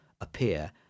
Appear